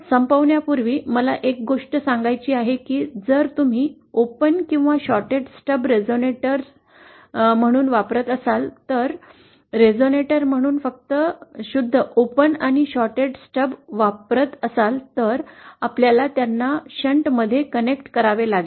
संपण्यापूर्वी मला एक गोष्ट सांगायची आहे की जर तुम्ही ओपन किंवा शॉर्ट्ड स्टब्स रेझोनेटर म्हणून वापरत असाल तर रिझोनेटर म्हणून फक्त शुद्ध ओपन आणि शॉर्टड स्टब्स वापरत असाल तर आपल्याला त्यांना शंटमध्ये कनेक्ट करावे लागेल